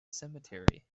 cemetery